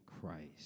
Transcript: Christ